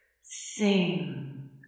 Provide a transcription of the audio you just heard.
Sing